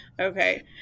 Okay